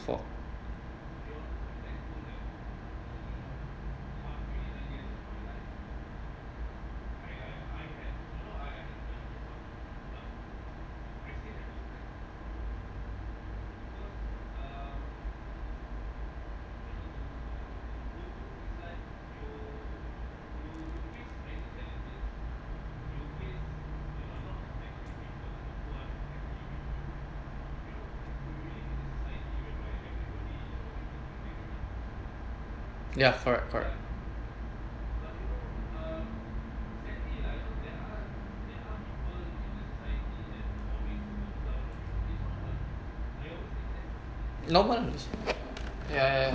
for ya correct correct normal ya ya